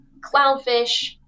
clownfish